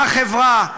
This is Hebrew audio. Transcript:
בחברה,